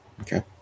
Okay